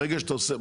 אם יורשה לי,